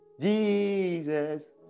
Jesus